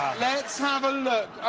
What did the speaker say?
let's have a look,